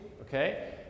Okay